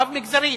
רב-מגזרית.